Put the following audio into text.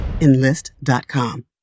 Enlist.com